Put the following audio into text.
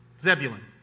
Zebulun